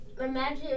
imagine